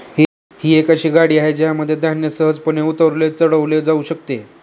ही एक अशी गाडी आहे ज्यामध्ये धान्य सहजपणे उतरवले चढवले जाऊ शकते